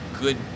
good